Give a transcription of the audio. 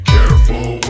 Careful